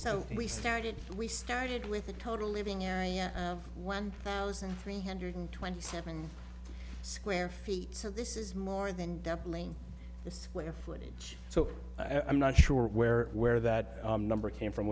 so we started we started with a total living area of one thousand three hundred twenty seven square feet so this is more than doubling the square footage so i'm not sure where where that number came from